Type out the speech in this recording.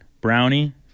Brownie